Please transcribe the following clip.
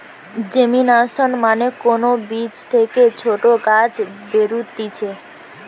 germination মানে কোন বীজ থেকে ছোট গাছ বেরুতিছে